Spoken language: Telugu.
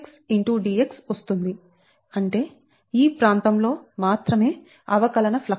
dx వస్తుంది అంటే ఈ ప్రాంతంలో మాత్రమే అవకలన ఫ్లక్స్